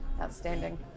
outstanding